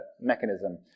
mechanism